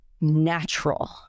natural